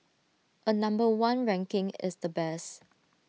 A number one ranking is the best